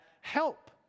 help